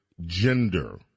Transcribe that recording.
gender